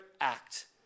act